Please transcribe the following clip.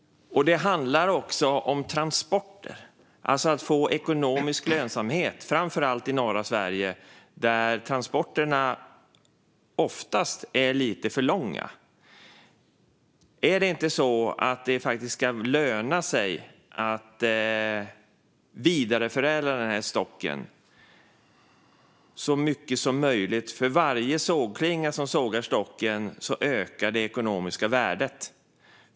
Det handlar också om transporter, alltså om att få ekonomisk lönsamhet, framför allt i norra Sverige, där transporterna oftast är lite för långa. Är det inte så att det faktiskt ska löna sig att vidareförädla stocken så mycket som möjligt? För varje sågklinga som sågar stocken ökar det ekonomiska värdet.